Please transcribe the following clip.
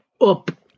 Up